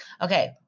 Okay